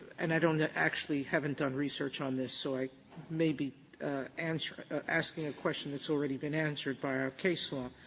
and i don't actually haven't done research on this, so i may be answering asking a question that's already been answered by our case law,